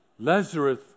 Lazarus